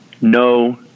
no